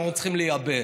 אנחנו צריכים לייבא.